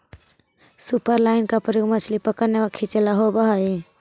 superline का प्रयोग मछली पकड़ने व खींचे ला होव हई